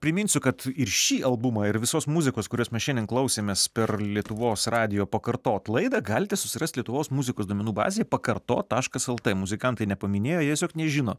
priminsiu kad ir šį albumą ir visos muzikos kurias mes šiandien klausėmės per lietuvos radijo pakartot laidą galite susirasti lietuvos muzikos duomenų bazėje pakartot taškas lt muzikantai nepaminėjo jie tiesiog nežino